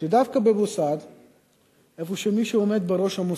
שדווקא במוסד שמי שעומדת בראשו,